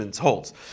holds